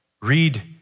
read